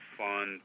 fun